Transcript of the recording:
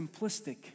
simplistic